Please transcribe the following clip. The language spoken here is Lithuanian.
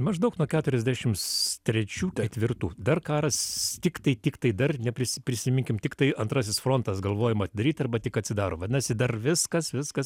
maždaug nuo keturiasdešimt trečių ketvirtų dar karas tiktai tiktai dar neprisi prisiminkim tiktai antrasis frontas galvojama daryt arba tik atsidaro vadinasi dar viskas viskas